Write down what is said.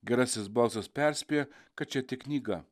gerasis balsas perspėja kad čia tik knyga